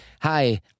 Hi